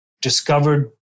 discovered